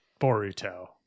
Boruto